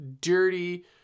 dirty